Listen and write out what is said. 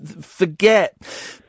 forget